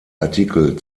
artikel